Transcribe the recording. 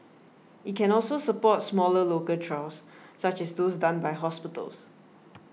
it can also support smaller local trials such as those done by hospitals